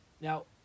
Now